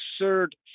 absurd